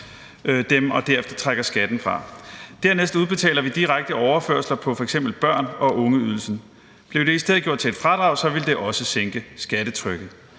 og derefter trækker skatten fra. Dernæst udbetaler vi direkte overførsler på f.eks. børne- og ungeydelsen. Blev det i stedet gjort til et fradrag, ville det også sænke skattetrykket.